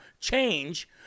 change